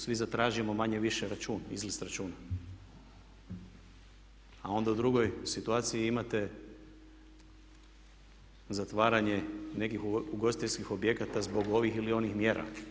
Svi zatražimo manje-više račun, ispis računa a onda u drugoj situaciji imate zatvaranje nekih ugostiteljskih objekata zbog ovih ili onih mjera.